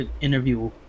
interview